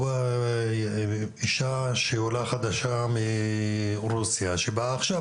או אישה שהיא עולה חדשה שבאה עכשיו